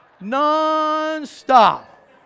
Non-stop